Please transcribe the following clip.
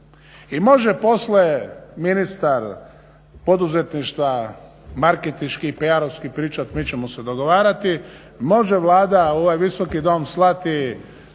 I može … je ministar poduzetništva marketinški i PR-ovski pričat mi ćemo se dogovarati, može Vlada u ovaj visoki dom slati